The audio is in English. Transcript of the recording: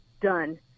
done